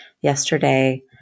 yesterday